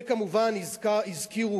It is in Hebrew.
וכמובן הזכירו,